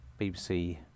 BBC